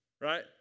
right